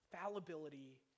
fallibility